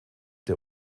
der